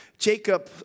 Jacob